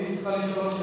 היא צריכה לשאול עוד שאלה.